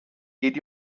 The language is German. geht